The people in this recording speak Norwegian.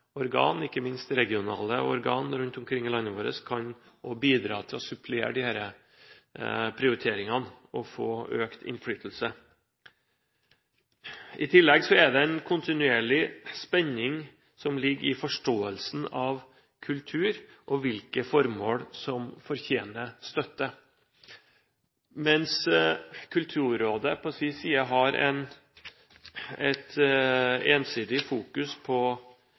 organ, ikke minst regionale organ rundt omkring i landet vårt, også kan bidra til å supplere disse prioriteringene og få økt innflytelse. I tillegg ligger det en kontinuerlig spenning i forståelsen av kultur og hvilke formål som fortjener støtte. Mens Kulturrådet på sin side har et ensidig fokus på